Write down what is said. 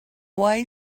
way